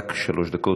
רק שלוש דקות.